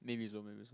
maybe